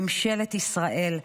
ממשלת ישראל,